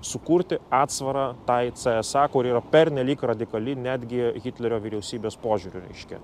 sukurti atsvarą tai cė es a kuri pernelyg radikali netgi hitlerio vyriausybės požiūriu reiškia